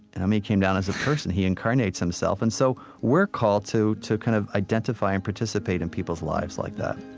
and um he came down as a person. he incarnates himself. and so we're called to to kind of identify and participate in people's lives like that